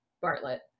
Bartlett